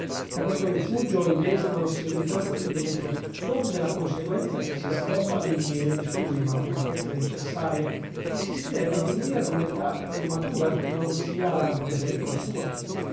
da questo rifugio invece non si ritorna più indietro donde la conseguenza che ci si debba venire che ci si debba venire ad una età più matura che non sia per esempio la sua